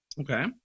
Okay